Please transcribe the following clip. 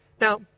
Now